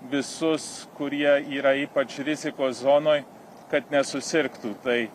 visus kurie yra ypač rizikos zonoj kad nesusirgtų tai